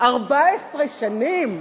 14 שנים.